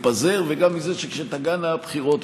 גם מזה שנלך ונתפזר וגם מזה שכשתגענה הבחירות,